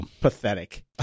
pathetic